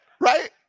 Right